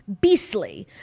beastly